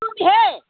ꯎꯗꯦꯍꯦ